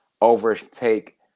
overtake